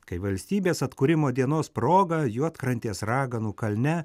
kai valstybės atkūrimo dienos proga juodkrantės raganų kalne